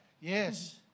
Yes